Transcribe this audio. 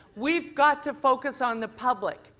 we've got to focus on the public.